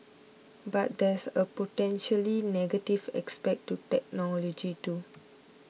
but there's a potentially negative aspect to technology too